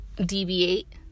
deviate